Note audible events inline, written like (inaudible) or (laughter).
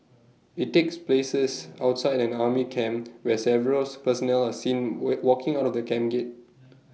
IT takes places outside an army camp where several (unintelligible) personnel are seen we walking out of the camp gate